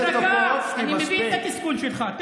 מבין את התסכול שלך.